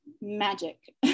magic